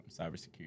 cybersecurity